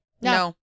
no